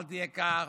אל תהיה כך,